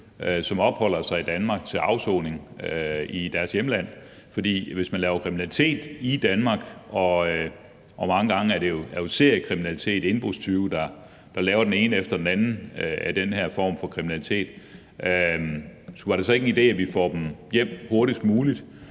som opholder sig i Danmark, sendt til afsoning i deres hjemland? Hvis de laver kriminalitet i Danmark, og mange gange er det indbrudstyveri begået af seriekriminelle, der laver det ene forhold efter det andet af den her form for kriminalitet, var det så ikke en idé, at vi får dem sendt hjem hurtigst muligt?